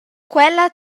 quella